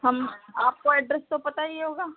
हम आपको एड्रेस तो पता ही होगा